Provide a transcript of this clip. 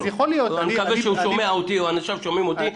אני מקווה שהוא שומע אותי או אנשיו שומעים אותי,